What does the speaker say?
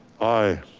aye.